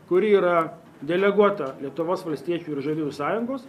kuri yra deleguota lietuvos valstiečių ir žaliųjų sąjungos